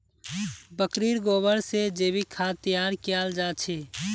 बकरीर गोबर से जैविक खाद तैयार कियाल जा छे